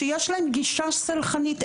שיש להם גישה סלחנית,